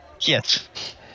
yes